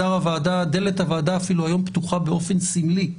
דלת הוועדה אפילו היום פתוחה באופן סמלי,